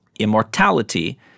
immortality